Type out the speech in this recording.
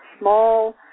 small